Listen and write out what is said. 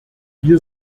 wir